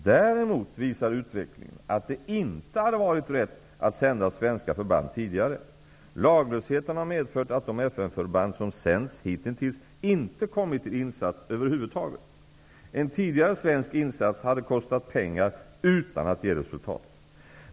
Däremot visar utvecklingen att det inte hade varit rätt att sända svenska förband tidigare. Laglösheten har medfört att de FN-förband som sänts hitintills inte kommit till insats över huvud taget. En tidigare svensk insats hade kostat pengar utan att ge resultat.